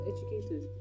Educators